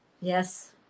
Yes